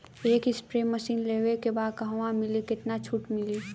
एक spray machine लेवे के बा कहवा मिली केतना छूट मिली?